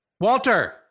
Walter